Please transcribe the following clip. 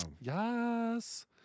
Yes